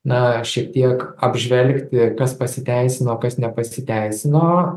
na šiek tiek apžvelgti kas pasiteisino kas nepasiteisino